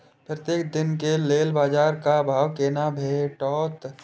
प्रत्येक दिन के लेल बाजार क भाव केना भेटैत?